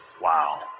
wow